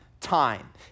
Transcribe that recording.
time